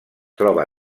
troba